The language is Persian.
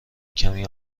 کمی